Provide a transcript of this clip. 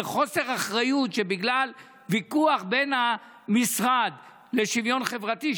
זה חוסר אחריות שבגלל ויכוח בין המשרד לשוויון חברתי,